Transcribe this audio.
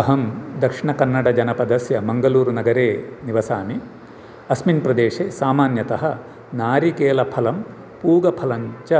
अहं दक्षिणकन्नडजनपदस्य मङ्गलूरुनगरे निवसामि अस्मिन् प्रदेशे सामान्यतः नारिकेलफलं पूगफलञ्च